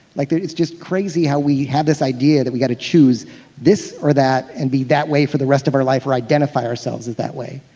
like it's just crazy how we had this idea that we got to choose this or that and be that way for the rest of our life, or identify ourselves as that way